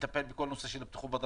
שתטפל בכל נושא בטיחות בדרכים,